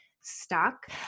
stuck